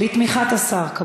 בתמיכת השר.